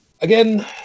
Again